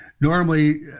normally